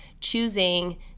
choosing